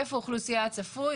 היקף האוכלוסייה הצפוי,